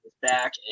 back